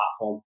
platform